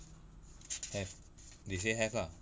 have they have lah